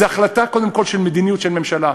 זו החלטה קודם כול של מדיניות של ממשלה,